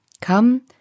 Come